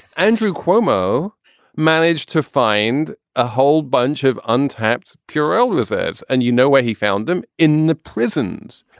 andrew cuomo managed to find a whole bunch of untapped pure oil reserves. and you know where he found them in the prisons.